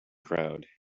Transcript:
crowd